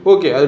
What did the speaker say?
Okay